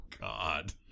God